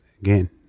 again